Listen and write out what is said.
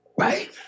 Right